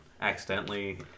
accidentally